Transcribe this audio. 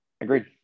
Agreed